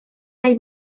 nahi